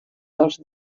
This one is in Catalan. dels